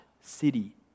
city